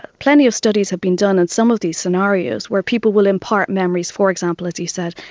plenty of studies have been done on some of these scenarios where people will impart memories, for example, as you said,